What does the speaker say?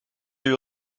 you